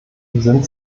sind